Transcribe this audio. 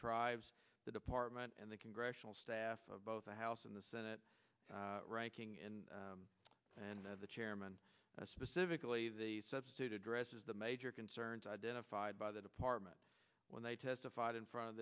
tribes the department and the congressional staff of both the house and the senate ranking in and the chairman specifically the substitute addresses the major concerns identified by the department when they testified in front of